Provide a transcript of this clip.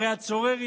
הרי הצורר,